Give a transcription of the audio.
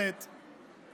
שר כזה,